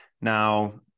Now